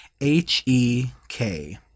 H-E-K